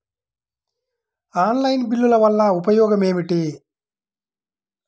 Online బిల్లుల వల్ల ఉపయోగమేమిటీ?